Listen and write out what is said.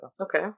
Okay